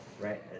right